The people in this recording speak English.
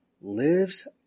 lives